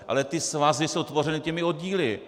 Ale svazy jsou tvořeny těmi oddíly.